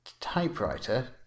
typewriter